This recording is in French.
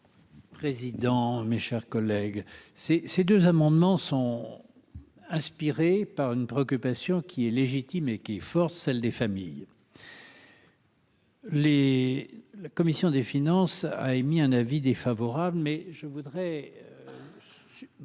Président, mes chers collègues, ces ces deux amendements sont inspirés par une préoccupation qui est légitime et qui force, celle des familles. Les la commission des finances, a émis un avis défavorable, mais je voudrais